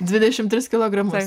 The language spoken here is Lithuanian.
dvidešimt tris kilogramus